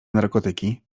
narkotyki